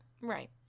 right